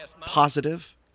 positive